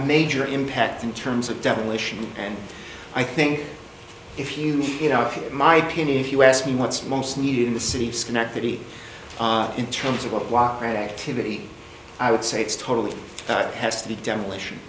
major impact in terms of demolition and i think if you you know my opinion if you ask me what's most needed in the city of schenectady in terms of a block grant activity i would say it's totally has to be demolition